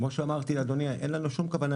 כמו שאמרתי, אדוני, אין לנו שום כוונה